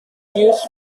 jews